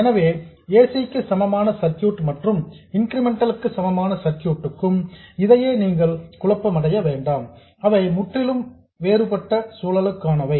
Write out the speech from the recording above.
எனவே ac க்கு சமமான சர்க்யூட் மற்றும் இன்கிரிமெண்டல் க்கு சமமான சர்க்யூட் க்கும் இதையே நீங்கள் குழப்பம் அடைய வேண்டாம் அவை முற்றிலும் வேறுபட்ட சூழலுக்கானவை